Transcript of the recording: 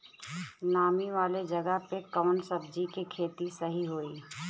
नामी वाले जगह पे कवन सब्जी के खेती सही होई?